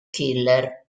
killer